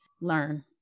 learn